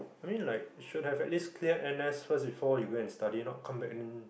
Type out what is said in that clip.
I mean like you should at least cleared N_S before you go and study not come back and then